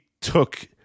took